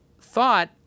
thought